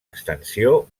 extensió